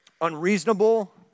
unreasonable